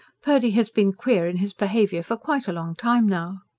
purdy has been queer in his behaviour for quite a long time now.